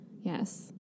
Yes